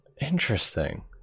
Interesting